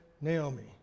Naomi